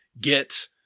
get